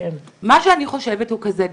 מה שאני חושבת הוא כזה דבר,